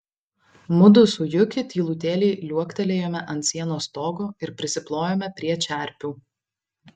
mudu su juki tylutėliai liuoktelėjome ant sienos stogo ir prisiplojome prie čerpių